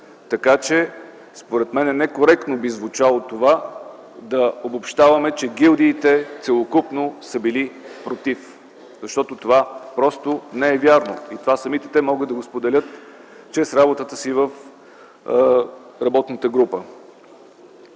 гилдиите. Според мен некоректно би звучало това да обобщаваме, че гилдиите целокупно са били против, защото това просто не е вярно. Това самите те могат да го споделят чрез работата си в работната група.